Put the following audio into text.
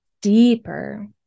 deeper